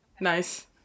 nice